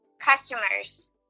customers